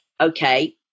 okay